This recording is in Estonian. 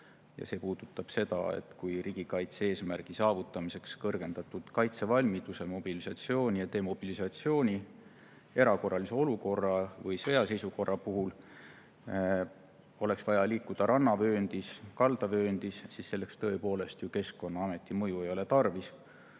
See puudutab seda, et kui riigikaitse-eesmärgi saavutamiseks kõrgendatud kaitsevalmiduse, mobilisatsiooni ja demobilisatsiooni, erakorralise olukorra või sõjaseisukorra puhul oleks vaja liikuda rannavööndis või kaldavööndis, siis selleks tõepoolest Keskkonnaameti [nõusolekut] ei ole tarvis.